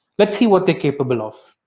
let's see what they capable of.